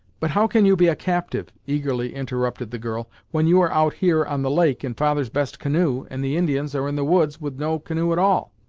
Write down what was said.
but how can you be a captive, eagerly interrupted the girl when you are out here on the lake, in father's best canoe, and the indians are in the woods with no canoe at all?